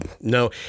No